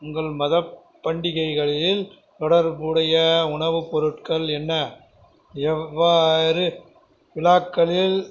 உங்கள் மதப் பண்டிகைகளில் தொடர்புடைய உணவுப் பொருட்கள் என்ன எவ்வாறு விழாக்களில்